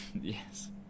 Yes